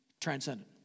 transcendent